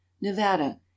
Nevada